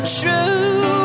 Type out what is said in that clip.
true